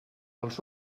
els